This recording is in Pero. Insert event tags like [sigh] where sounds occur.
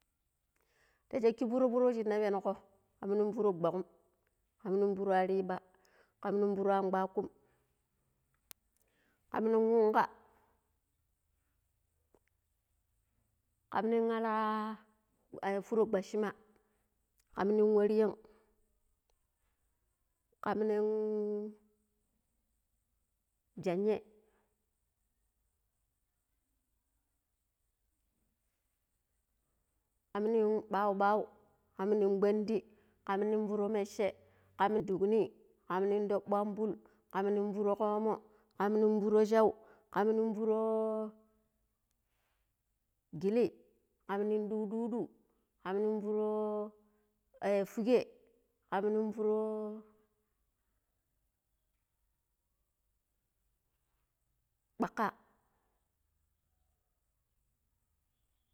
﻿Ti sheki furo furo shin na pengo, kamnin furo guagum, kamnin furo anriba, kamnin furo akwakum, kamnin hunga, kamnin ala [hesitation] furo gwashima. kamnin waryang, kamnin genye, kamnin baubau, kamnin ƙwandi, kamnin furo metche, kamnin dugni, kamnin thoɓo ambool, [hesitation] kamnin furo komo, [hesitation] kamnin furo shaw, [hesitation] kamnin furo gilli, [hesitation] kamnin ɗududu, [hesitation] kamnin furo [hesitation] fugai, kamnin furo ɓkaka.